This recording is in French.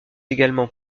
également